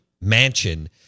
mansion